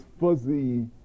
fuzzy